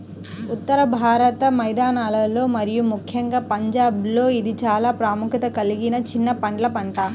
ఉత్తర భారత మైదానాలలో మరియు ముఖ్యంగా పంజాబ్లో ఇది చాలా ప్రాముఖ్యత కలిగిన చిన్న పండ్ల పంట